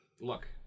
Look